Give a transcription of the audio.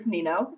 Nino